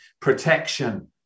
protection